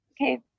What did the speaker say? okay